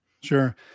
Sure